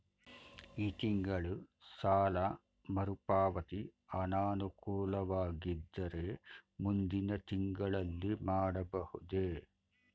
ಈ ತಿಂಗಳು ಸಾಲ ಮರುಪಾವತಿ ಅನಾನುಕೂಲವಾಗಿದ್ದರೆ ಮುಂದಿನ ತಿಂಗಳಲ್ಲಿ ಮಾಡಬಹುದೇ?